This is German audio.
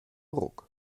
ruck